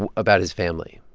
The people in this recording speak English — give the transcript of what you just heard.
and about his family?